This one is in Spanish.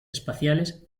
espaciales